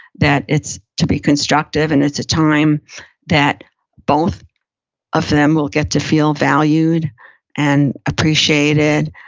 that it's to be constructive. and it's a time that both of them will get to feel valued and appreciated,